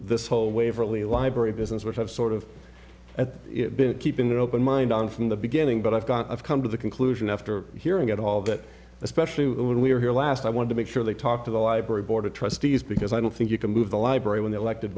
this whole waverley library business which i've sort of at been keeping an open mind on from the beginning but i've got come to the conclusion after hearing it all that especially when we were here last i want to make sure they talk to the library board of trustees because i don't think you can move the library when the elected